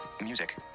Music